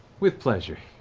with pleasure.